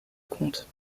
comte